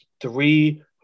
three